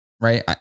Right